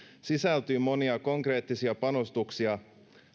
sisältyy monia konkreettisia panostuksia